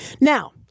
Now